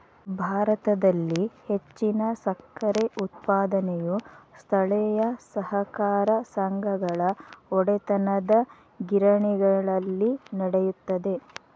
ಭಾರತದಲ್ಲಿ ಹೆಚ್ಚಿನ ಸಕ್ಕರೆ ಉತ್ಪಾದನೆಯು ಸ್ಥಳೇಯ ಸಹಕಾರ ಸಂಘಗಳ ಒಡೆತನದಗಿರಣಿಗಳಲ್ಲಿ ನಡೆಯುತ್ತದೆ